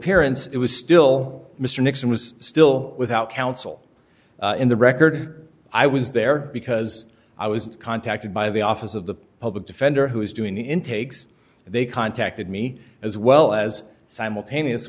appearance it was still mr nixon was still without counsel in the record i was there because i was contacted by the office of the public defender who was doing intakes and they contacted me as well as simultaneous